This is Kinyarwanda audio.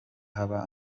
haba